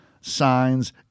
Signs